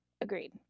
agreed